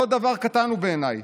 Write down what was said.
לא דבר קטן הוא בעיניי.